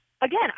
again